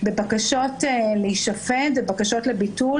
בבקשות להישפט ובבקשות לביטול,